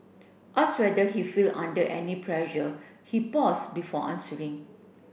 ask whether he feel under any pressure he pause before answering